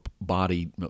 body